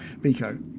Biko